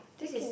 you can